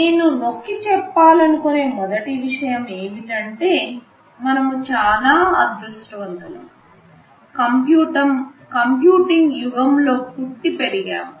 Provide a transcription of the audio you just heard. నేను నొక్కిచెప్పాలనుకునే మొదటి విషయం ఏమిటంటే మనము చాలా అదృష్టవంతులం కంప్యూటింగ్ యుగంలో పుట్టి పెరిగాము